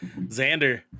xander